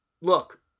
Look